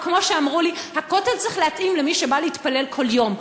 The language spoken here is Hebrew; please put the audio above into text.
או כמו שאמרו לי: הכותל צריך להתאים למי שבא להתפלל כל יום,